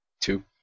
Two